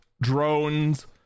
drones